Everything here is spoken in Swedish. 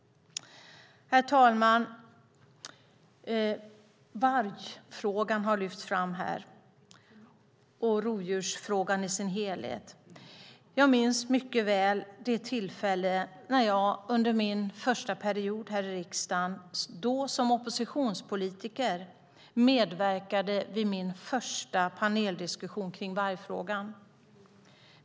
Herr talman! Vargfrågan har lyfts fram här, och rovdjursfrågan i sin helhet. Jag minns mycket väl det tillfälle då jag under min första period i riksdagen, då som oppositionspolitiker, medverkade i min första paneldiskussion kring vargfrågan.